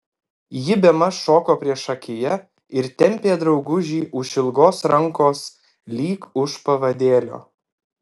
ji bemaž šoko priešakyje ir tempė draugužį už ilgos rankos lyg už pavadėlio